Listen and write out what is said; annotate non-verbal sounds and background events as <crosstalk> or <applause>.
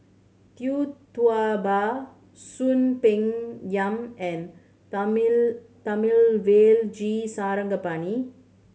Tee Tua Ba Soon Peng Yam and <unintelligible> Thamizhavel G Sarangapani